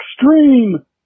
Extreme